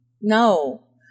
no